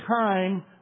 time